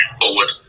forward